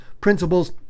principles